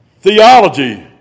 theology